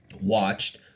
watched